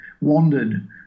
wandered